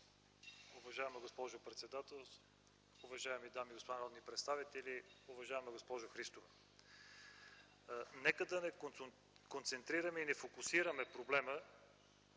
Уважаема госпожо председател, уважаеми дами и господа народни представители, уважаема госпожо Христова! Нека да не концентрираме и не фокусираме проблема,